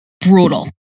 brutal